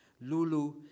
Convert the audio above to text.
Lulu